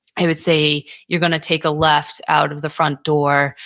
i would say, you're going to take a left out of the front door.